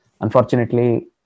unfortunately